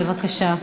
בבקשה.